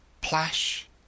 Plash